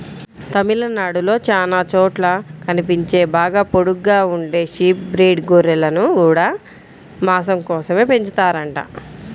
తమిళనాడులో చానా చోట్ల కనిపించే బాగా పొడుగ్గా ఉండే షీప్ బ్రీడ్ గొర్రెలను గూడా మాసం కోసమే పెంచుతారంట